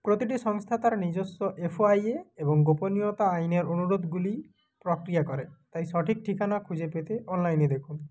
প্রতিটি সংস্থা তার নিজস্ব এফওআইএ এবং গোপনীয়তা আইনের অনুরোধগুলি প্রক্রিয়া করে তাই সঠিক ঠিকানা খুঁজে পেতে অনলাইনে দেখুন